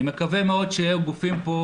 אני מקווה מאוד שהגופים האחראיים פה,